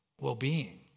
well-being